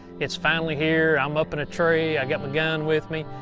it's finally here. i'm up in a tree, i got my gun with me.